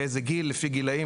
לפי גיל,